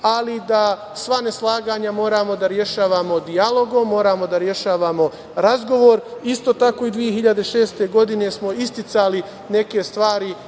ali da sva neslaganja moramo da rešavamo dijalogom, moramo da rešavamo razgovorima. Isto tako, i 2006. godine smo isticali neke stvari